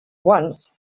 once